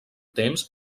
temps